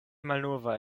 malnova